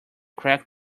crack